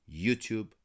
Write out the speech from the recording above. YouTube